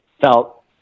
felt